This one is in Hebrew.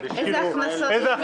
איזה הכנסות יש?